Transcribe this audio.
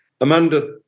Amanda